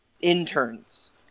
interns